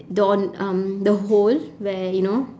door um the hole where you know